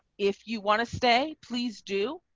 if you want to stay, please do.